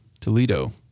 Toledo